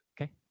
Okay